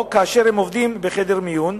או כאשר הם עובדים בחדר מיון,